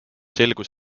selgus